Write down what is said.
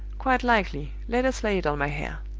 quite likely let us lay it on my hair.